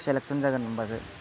selection जागोन होम्बासो